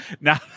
now